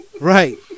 Right